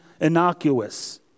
innocuous